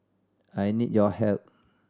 I need your help